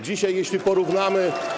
Dzisiaj, jeśli porównamy.